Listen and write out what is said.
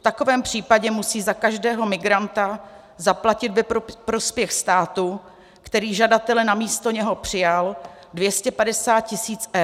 V takovém případě musí za každého migranta zaplatit ve prospěch státu, který žadatele na místo něho přijal, 250 tisíc eur.